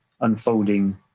unfolding